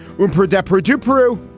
we're poor, desperate to peru.